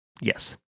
Yes